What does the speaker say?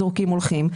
זורקים והולכים.